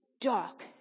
dark